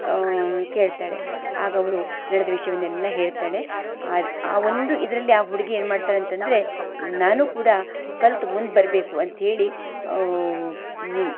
ಕೇಳ್ತಾಳೆ ಆಗ ಅವಳು ನಡ್ದ ವಿಷಯವನ್ನೆಲ್ಲ ಹೇಳ್ತಾಳೆ ಆ ಒಂದು ಇದರಲ್ಲಿ ಆ ಹುಡುಗಿ ಏನು ಮಾಡ್ತಾಳೆ ಅಂತಂದರೆ ನಾನೂ ಕೂಡ ಕಲ್ತು ಮುಂದೆ ಬರಬೇಕು ಅಂತ ಹೇಳಿ